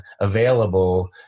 available